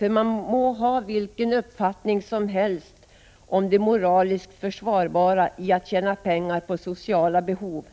Man må nämligen ha vilken uppfattning som helst om det moraliskt försvarbara i att tjäna pengar på sociala behov,